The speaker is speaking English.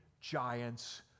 giants